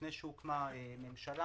לפני שהוקמה ממשלה,